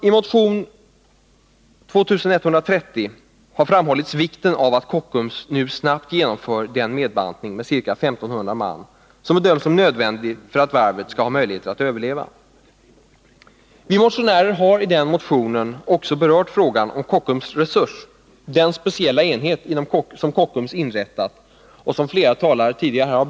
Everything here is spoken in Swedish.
I motion 2130 har framhållits vikten av att Kockums nu snabbt genomför den nedbantning med ca 1500 man som bedöms som nödvändig för att varvet skall ha möjligheter att överleva. Vi motionärer har i den motionen också berört frågan om Kockum Resurs, den speciella enhet som Kockums inrättat och som flera talare här tidigare berört.